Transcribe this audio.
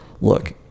Look